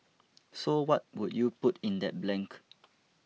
so what would you put in that blank